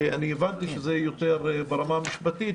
הבנתי שזה יותר ברמה המשפטית,